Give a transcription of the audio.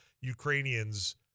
Ukrainians